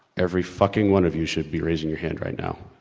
every fucking one of you should be raising your hand right now!